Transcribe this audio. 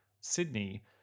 Sydney